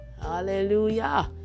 Hallelujah